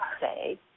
say